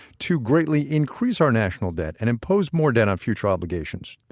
to greatly increase our national debt and impose more debt on future obligations.